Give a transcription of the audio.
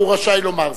רשאי לומר זאת.